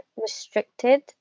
restricted